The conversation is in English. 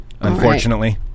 unfortunately